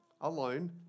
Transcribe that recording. alone